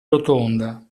rotonda